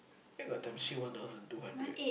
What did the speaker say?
where got times three one thousand two hundred